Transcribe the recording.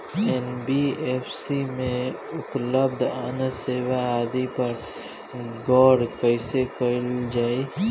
NBFC में उपलब्ध अन्य सेवा आदि पर गौर कइसे करल जाइ?